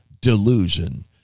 delusion